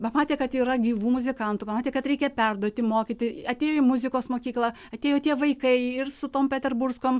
pamatė kad yra gyvų muzikantų pamatė kad reikia perduoti mokyti atėjo į muzikos mokyklą atėjo tie vaikai ir su tom petersburskom